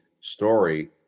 story